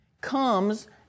comes